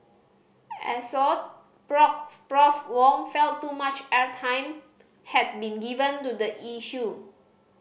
Assoc Prof Wong felt too much airtime had been given to the issue